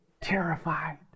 terrified